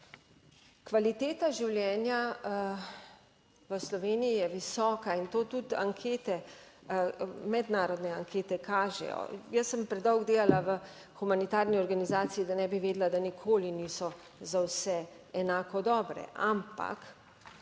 Kvaliteta življenja v Sloveniji je visoka in to tudi ankete, mednarodne ankete kažejo. Jaz sem predolgo delala v humanitarni organizaciji, da ne bi vedela, da nikoli niso za vse enako dobre,